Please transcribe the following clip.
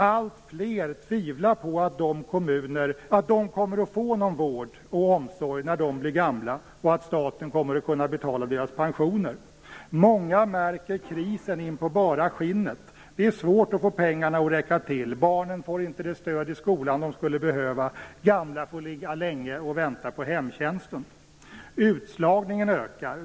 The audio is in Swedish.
Alltfler tvivlar på att de kommer att få någon vård och omsorg när de blir gamla och att staten kommer att kunna betala deras pensioner. Många märker krisen in på bara skinnet. Det är svårt att få pengarna att räcka till. Barnen får inte det stöd i skolan som de skulle behöva. Gamla får ligga länge och vänta på hemtjänsten. Utslagningen ökar.